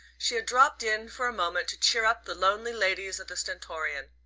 she had dropped in for a moment to cheer up the lonely ladies of the stentorian.